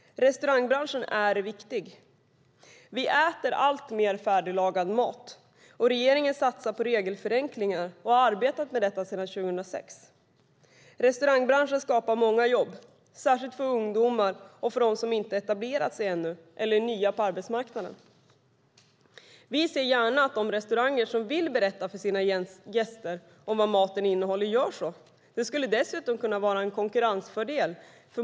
Restaurangbranschen är viktig. Vi äter alltmer färdiglagad mat. Regeringen satsar på regelförenklingar och har sedan 2006 arbetat med detta. Restaurangbranschen skapar många jobb, särskilt för ungdomar och för dem som inte etablerat sig eller som är nya på arbetsmarknaden. Vi ser gärna att de restauranger som vill berätta för sina gäster vad maten innehåller gör det. För många seriösa aktörer skulle det dessutom kunna vara en konkurrensfördel.